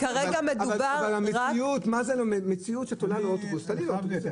אבל המציאות שאת עולה לאוטובוס תעלי לאוטובוס,